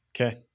Okay